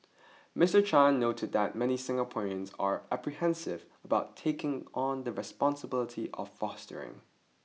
Mister Chan noted that many Singaporeans are apprehensive about taking on the responsibility of fostering